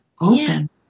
open